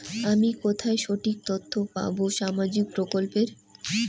আমি কোথায় সঠিক তথ্য পাবো সামাজিক প্রকল্পের?